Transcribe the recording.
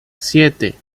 siete